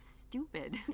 stupid